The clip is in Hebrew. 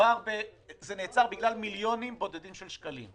שזה נעצר בגלל מיליונים בודדים של שקלים.